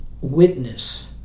witness